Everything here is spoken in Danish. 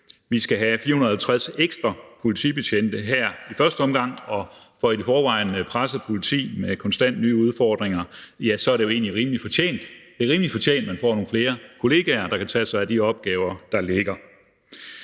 Vi skal have 450 ekstra politibetjente her i første omgang, og for et i forvejen presset politi med konstant nye udfordringer er det jo egentlig rimelig fortjent, at man får nogle flere kollegaer, der kan tage sig af de opgaver, der ligger.